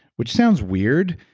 which sounds weird,